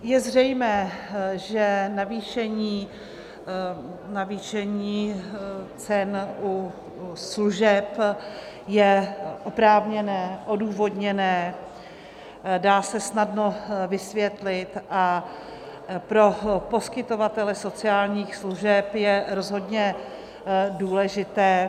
Je zřejmé, že navýšení cen u služeb je oprávněné, odůvodněné, dá se snadno vysvětlit a pro poskytovatele sociálních služeb je rozhodně důležité.